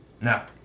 Now